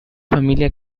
familia